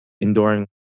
enduring